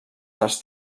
dels